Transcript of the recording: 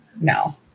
No